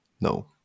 no